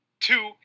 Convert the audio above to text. Two